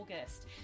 August